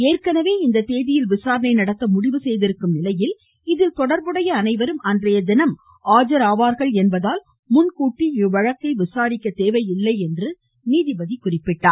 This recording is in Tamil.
ஏற்கெனவேஇந்த தேதியில் விசாரணை நடத்த முடிவு செய்திருக்கும் நிலையில் இதில் தொடர்புடைய அனைவரும் அன்றைய தினம் ஆஜராவார்கள் என்பதால் முன்கூட்டியே இவ்வழக்கை விசாரிக்க தேவையில்லை என நீதிபதி தெரிவித்தார்